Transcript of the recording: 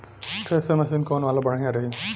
Thresher machine कौन वाला बढ़िया रही?